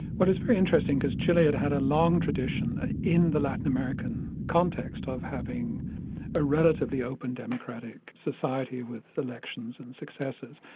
well it's pretty interesting, because chile had had a long tradition in the latin american context of having a relatively open democratic society with elections and successes.